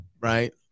right